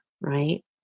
Right